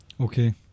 okay